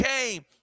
came